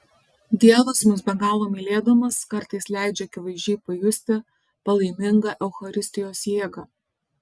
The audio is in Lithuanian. dievas mus be galo mylėdamas kartais leidžia akivaizdžiai pajusti palaimingą eucharistijos jėgą